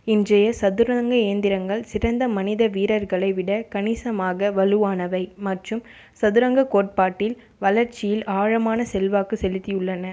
இன்றைய சதுரங்க இயந்திரங்கள் சிறந்த மனித வீரர்களை விட கணிசமாக வலுவானவை மற்றும் சதுரங்க கோட்பாட்டில் வளர்ச்சியில் ஆழமான செல்வாக்கு செலுத்தியுள்ளன